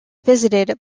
visited